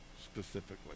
specifically